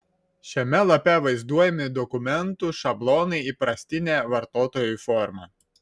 šiame lape vaizduojami dokumentų šablonai įprastine vartotojui forma